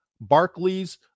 Barclays